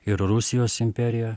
ir rusijos imperija